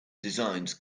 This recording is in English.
designs